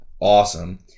awesome